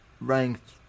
ranked